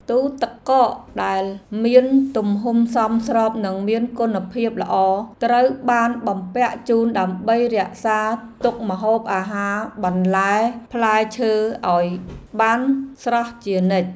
ទូទឹកកកដែលមានទំហំសមស្របនិងមានគុណភាពល្អត្រូវបានបំពាក់ជូនដើម្បីរក្សាទុកម្ហូបអាហារបន្លែផ្លែឈើឱ្យបានស្រស់ល្អជានិច្ច។